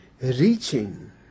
reaching